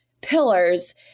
pillars